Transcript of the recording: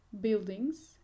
buildings